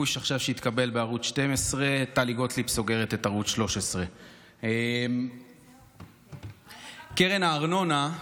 פוש שעכשיו התקבל בערוץ 12: טלי גוטליב סוגרת את ערוץ 13. קרן הארנונה,